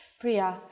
Priya